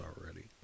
already